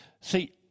See